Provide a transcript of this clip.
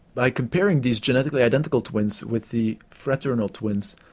by comparing these genetically identical twins with the fraternal twins,